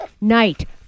night